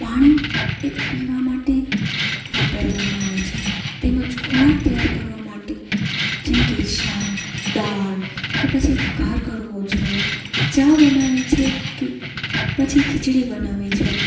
પાણી એ પીવા માટે વાપરવામાં આવે છે તેમજ ખોરાક તૈયાર કરવા માટે જેમકે શાક દાળ કે પછી વઘાર કરવો છે ચા બનાવવી છે કે પછી ખીચડી બનાવવી છે